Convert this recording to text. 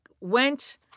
went